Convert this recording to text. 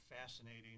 fascinating